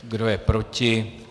Kdo je proti?